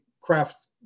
craft